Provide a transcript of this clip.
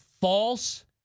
false